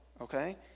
okay